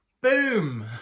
boom